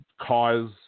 cause